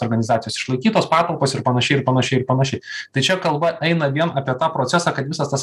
organizacijos išlaikytos patalpos ir panašiai ir panašiai ir panašiai tai čia kalba eina vien apie tą procesą kad visas tas